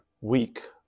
weak